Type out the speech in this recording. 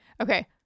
Okay